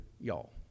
y'all